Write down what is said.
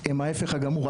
הם ההיפך הגמור,